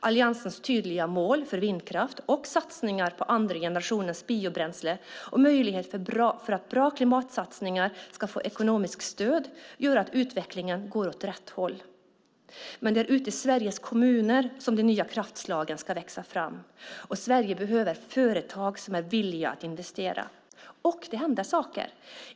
Alliansens tydliga mål för vindkraft och satsningar på andra generationens biobränsle och möjlighet för att bra klimatsatsningar ska få ekonomiskt stöd gör att utvecklingen går åt rätt håll. Det är ute i Sveriges kommuner som de nya kraftslagen ska växa fram. Sverige behöver företag som är villiga att investera, och det händer saker.